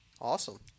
Awesome